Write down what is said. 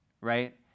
right